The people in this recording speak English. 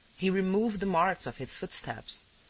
he removed the marks of his footsteps,